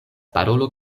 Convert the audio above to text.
parolo